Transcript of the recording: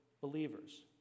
believers